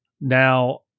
Now